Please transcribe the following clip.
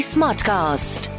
Smartcast